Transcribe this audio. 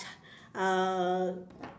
uh